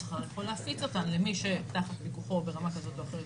השכר יכול להפיץ אותן למי שתחת פיקוחו ברמה כזאת או אחרת,